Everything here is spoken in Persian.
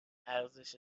ارزش